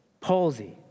palsy